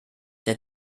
der